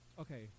okay